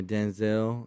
Denzel